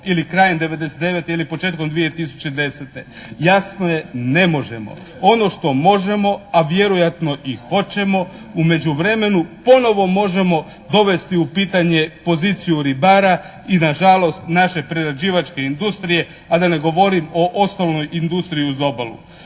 ili krajem '99. ili početkom 2010.? Jasno je, ne možemo. Ono što možemo, a vjerojatno i hoćemo u međuvremenu ponovo možemo dovesti u pitanje poziciju ribara i nažalost naše prerađivačke industrije a da ne govorim o osnovnoj industriji uz obalu.